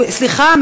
סליחה,